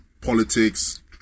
politics